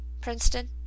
Princeton